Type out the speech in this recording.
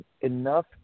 enough